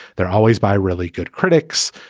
they're always by really good critics.